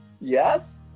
Yes